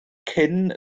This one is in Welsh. cyn